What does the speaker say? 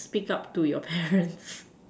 speak up to your parents